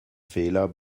fehler